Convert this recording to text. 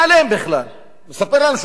והוא מספר לנו שהוא לא יודע על זה שום דבר,